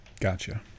gotcha